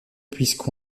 puisque